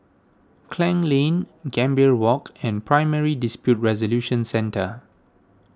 Klang Lane Gambir Walk and Primary Dispute Resolution Centre